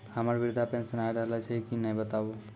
हमर वृद्धा पेंशन आय रहल छै कि नैय बताबू?